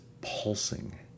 pulsing